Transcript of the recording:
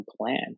plan